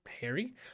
Harry